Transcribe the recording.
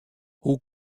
hoe